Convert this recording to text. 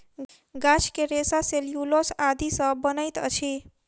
गाछ के रेशा सेल्यूलोस आदि सॅ बनैत अछि